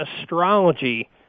astrology